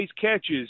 catches